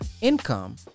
income